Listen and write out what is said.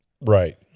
Right